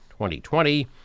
2020